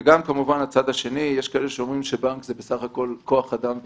יש כאלה שאומרים שבנק זה בסך הכל כוח אדם וטכנולוגיה.